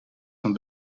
van